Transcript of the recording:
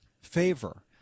favor